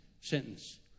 sentence